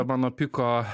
mano piko